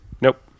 Nope